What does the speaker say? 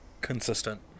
consistent